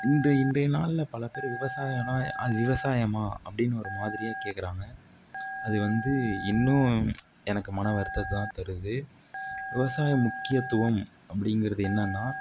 இன்று இன்றைய நாளில் பல பேர் விவசாயம்னால் அது விவசாயமாக அப்படினு ஒரு மாதிரியா கேட்குறாங்க அது வந்து இன்னும் எனக்கு மனவருத்தத்தை தான் தருது விவசாயம் முக்கியத்துவம் அப்படிங்குறது என்னன்னால்